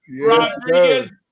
Rodriguez